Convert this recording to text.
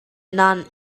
non